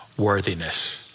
worthiness